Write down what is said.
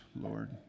Lord